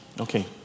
Okay